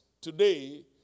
today